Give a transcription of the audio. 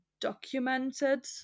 documented